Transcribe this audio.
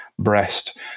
breast